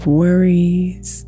worries